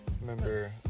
Remember